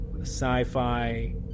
sci-fi